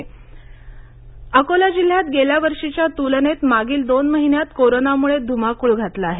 corona Akola Akola जिल्ह्यात गेल्या वर्षीच्या तुलनेत मागील दोन महिन्यात कोरोनाने धुमाकूळ घातला आहे